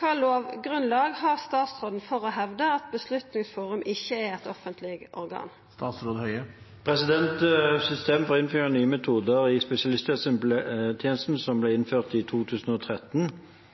Hvilket lovgrunnlag har statsråden for å hevde at Beslutningsforum ikke er et offentlig organ?» Systemet for innføring av nye metoder i spesialisthelsetjenesten, som ble